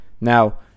Now